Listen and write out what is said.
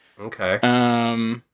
Okay